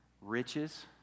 Riches